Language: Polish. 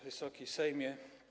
Wysoki Sejmie!